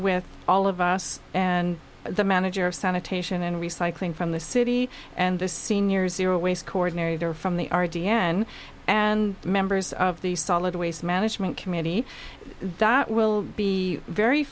with all of us and the manager of sanitation and recycling from the city and the senior zero waste coordinator from the r d n and members of the solid waste management committee that will be very